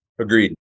Agreed